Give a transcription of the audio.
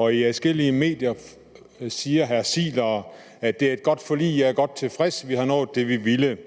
I adskillige medier siger hr. Ziegler, at det er et godt forlig: Jeg er godt tilfreds; vi har nået det, vi ville.